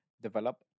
develop